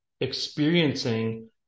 experiencing